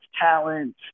talent